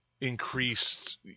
increased